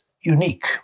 unique